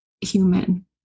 human